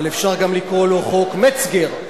אבל אפשר גם לקרוא לו "חוק מצגר".